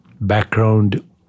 background